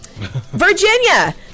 Virginia